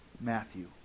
Matthew